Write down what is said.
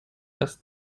erst